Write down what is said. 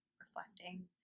reflecting